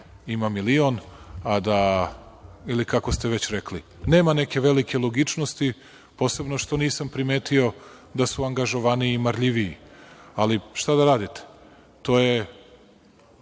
ima milion, ili kako ste već rekli. Nema neke velike logičnosti, posebno što nisam primetio da su angažovaniji i marljiviji. Šta da radite, da znao